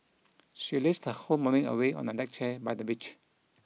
she lazed her whole morning away on a deck chair by the beach